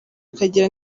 akagira